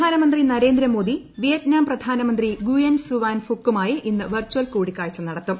പ്രധാനമന്ത്രി നരേന്ദ്രമോദി വിയറ്റ്നാം പ്രധാനമന്ത്രി Nguyen Xuan ഫുക്കുമായി ഇന്ന് വെർച്ചൽ കൂടിക്കാഴ്ച നടത്തും